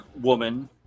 woman